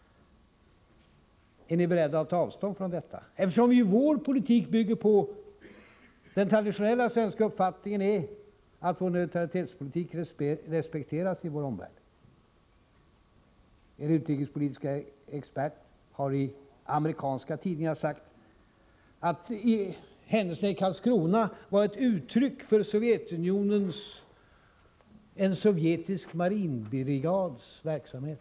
Är ni beredda att ta avstånd från detta? I vår politik bygger vi ju på att den traditionella svenska uppfattningen är att vår neutralitetspolitik respekteras i vår omvärld. Er utrikespolitiske expert har i amerikanska tidningar sagt att händelserna i Karlskrona hänförde sig till en sovjetisk marinbrigads verksamhet.